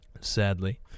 sadly